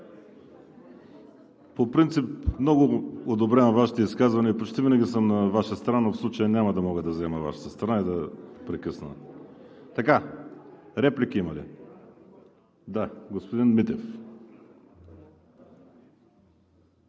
По принцип много одобрявам Вашите изказвания, почти винаги съм на Ваша страна, но в случая няма да мога да взема Вашата страна и да прекъсна. Реплики има ли? Господин Митев.